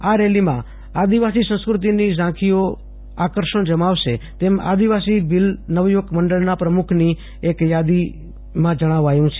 આ રેલીમાં આદિવાસી સંસ્કૃતીની ઝાંખીઓ આકર્ષણ જમાવશે તેમ આદિવાસી ભીલ નવયુવક મંડળના પ્રમુખની એક યાદીમાં જણાવાયું છે